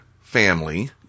family